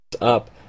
up